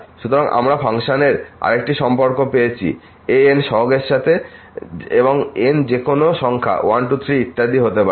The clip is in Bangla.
সুতরাং আমরা ফাংশনের আরেকটি সম্পর্ক পেয়েছি an সহগের সাথে এবং n যেকোনো সংখ্যা 1 2 3 ইত্যাদি হতে পারে